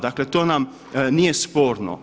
Dakle to nam nije sporno.